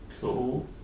Cool